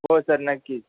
हो सर नक्कीच